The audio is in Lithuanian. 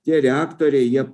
tie reaktoriai jie